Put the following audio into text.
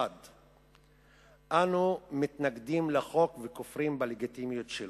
1. אנו מתנגדים לחוק וכופרים בלגיטימיות שלו,